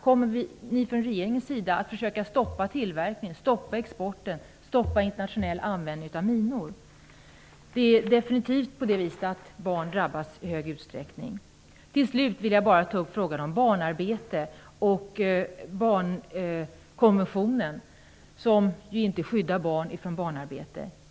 Kommer ni att försöka stoppa tillverkningen, stoppa exporten och stoppa internationell användning av minor? Det är definitivt så att barn drabbas i stor utsträckning. Till slut vill jag ta upp frågan om barnarbete. Barnkonventionen skyddar inte barn från barnarbete.